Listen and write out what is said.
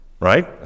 Right